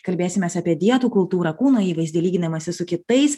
kalbėsimės apie dietų kultūrą kūno įvaizdį lyginimąsi su kitais